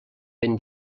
ben